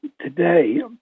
today